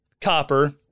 Copper